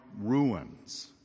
ruins